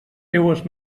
seues